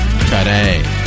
today